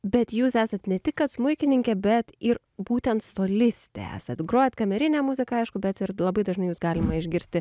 bet jūs esat ne tik kad smuikininkė bet ir būtent solistė esat grojant kamerinę muziką aišku bet ir labai dažnai jus galima išgirsti